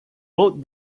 wrote